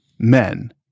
men